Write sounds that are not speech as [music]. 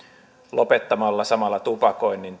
lopettamalla samalla tupakoinnin [unintelligible]